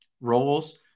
roles